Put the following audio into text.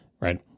right